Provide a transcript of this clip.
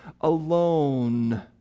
alone